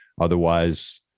Otherwise